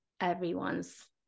everyone's